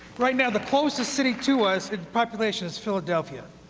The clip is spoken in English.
right now, the closest city to us in population is philadelphia.